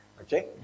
Okay